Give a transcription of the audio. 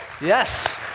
yes